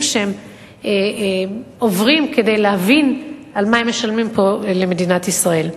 שהם עוברים כדי להבין על מה הם משלמים פה במדינת ישראל.